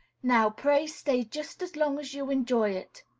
now, pray stay just as long as you enjoy it.